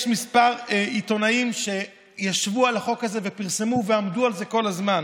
יש כמה עיתונאים שישבו על החוק הזה ופרסמו ועמדו על זה כל הזמן: